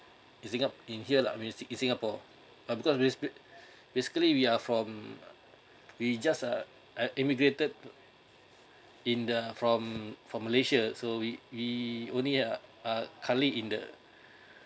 in singa~ in here lah I mean in singapore uh because we basic~ basically we are from we just uh immigrated in the from from malaysia so we we only uh currently in the